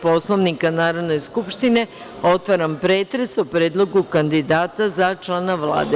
Poslovnika Narodne skupštine, otvaram pretres o Predlogu kandidata za člana Vlade.